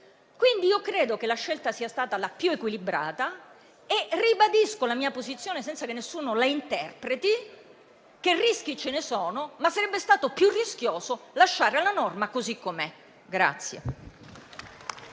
quindi che la scelta sia stata la più equilibrata e ribadisco la mia posizione, senza che nessuno la interpreti: ci sono dei rischi, ma sarebbe stato più rischioso lasciare la norma così com'è.